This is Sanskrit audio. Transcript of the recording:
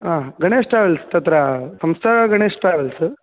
हा गणैश् ट्रावेल्स्प तत्र संस्था गणैश् ट्रावेल्स्प